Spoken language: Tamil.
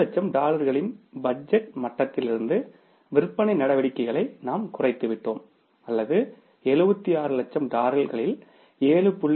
800000 டாலர்களின் பட்ஜெட் மட்டத்திலிருந்து விற்பனை நடவடிக்கைகளை நாம் குறைத்துவிட்டோம் அல்லது 76 லட்சம் டாலர்களில் 7